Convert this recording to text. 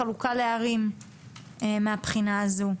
גם חלוקה לערים מבחינה זו.